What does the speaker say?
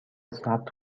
ثبت